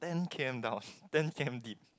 ten K_M down ten K_M deep